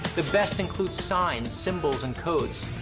the best include signs, symbols, and codes.